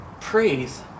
praise